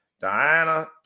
Diana